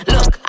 Look